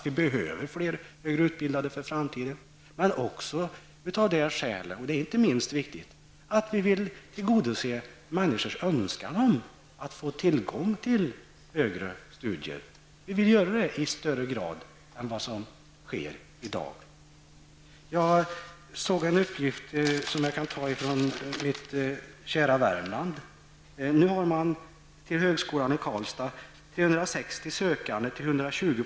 Vi behöver fler med högre utbildning inför framtiden. Men vi vill också, och det är inte minst viktigt, tillgodose människors önskan att få tillgång till högre studier i högre grad än vad som sker i dag. Jag kan ta ett exempel från mitt kära Värmland.